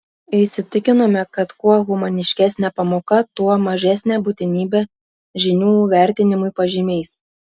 įsitikinome kad kuo humaniškesnė pamoka tuo mažesnė būtinybė žinių vertinimui pažymiais